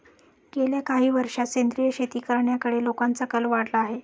गेल्या काही वर्षांत सेंद्रिय शेती करण्याकडे लोकांचा कल वाढला आहे